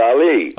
Ali